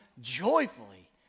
joyfully